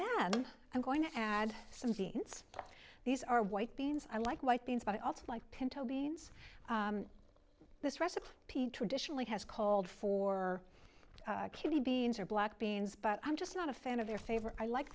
then i'm going to add some beans these are white beans i like white beans but i also like pinto beans this recipe p traditionally has called for cutie beans or black beans but i'm just not a fan of their favorite i like